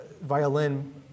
violin